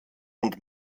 und